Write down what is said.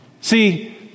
See